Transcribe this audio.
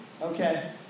Okay